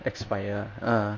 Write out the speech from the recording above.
expire (uh huh)